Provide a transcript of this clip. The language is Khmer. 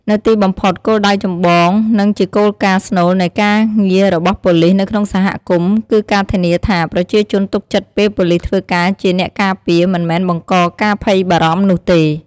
នៅទីបំផុត គោលដៅចម្បង និងជាគោលការណ៍ស្នូលនៃការងាររបស់ប៉ូលីសនៅក្នុងសហគមន៍ គឺការធានាថា ប្រជាជនទុកចិត្តពេលប៉ូលីសធ្វើការជាអ្នកការពារមិនមែនបង្កការភ័យបារម្ភនោះទេ។